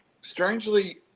strangely –